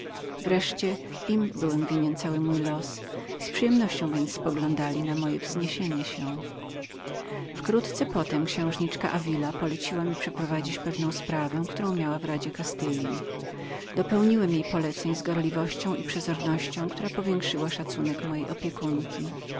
wreszcie im byłem winien cały mój los z przyjemnością więc poglądali na moje wzniesienie się wkrótce potem księżniczka davila poleciła mi przeprowadzić sprawę którą miała w trybunale kastylskim dopełniłem jej poleceń z gorliwością i przezornością która powiększyła mi szacunek mojej opiekunki